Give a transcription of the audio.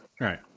Right